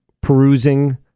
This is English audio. perusing